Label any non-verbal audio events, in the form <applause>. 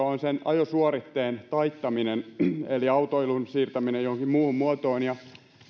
<unintelligible> on ajosuoritteen taittaminen eli autoilun siirtäminen johonkin muuhun muotoon ja